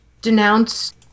Denounce